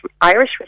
Irish